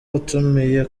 watumiye